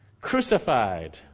crucified